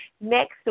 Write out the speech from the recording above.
next